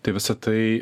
tai visa tai